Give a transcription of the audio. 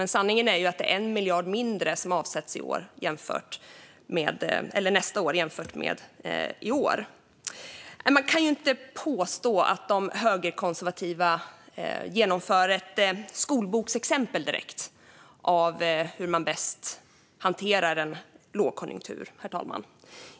Men sanningen är ju att det är 1 miljard mindre som avsätts nästa år jämfört med i år. Man kan inte påstå att de högerkonservativa genomför ett skolboksexempel direkt på hur man bäst hanterar en lågkonjunktur, herr talman.